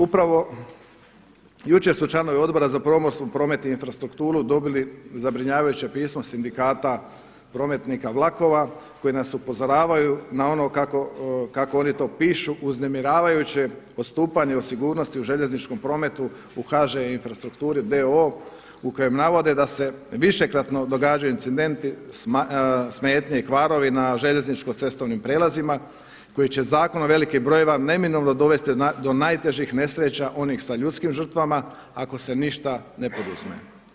Upravo jučer su članovi Odbora za pomorstvo, promet i infrastrukturu dobili zabrinjavajuće pismo sindikata prometnika vlakova koji nas upozoravaju na ono kako oni to pišu uznemiravajuće odstupanje od sigurnosti u željezničkom prometu u HŽ Infrastrukturi d.o.o. u kojem navode da se višekratno događaju incidenti, smetnje i kvarovi na željezničko-cestovnim prijelazima koji će zakon o velikim brojevima neminovno dovesti do najtežih nesreća onih sa ljudskim žrtvama ako se ništa ne poduzme.